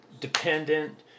dependent